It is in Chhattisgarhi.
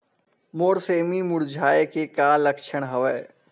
मोर सेमी मुरझाये के का लक्षण हवय?